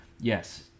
Yes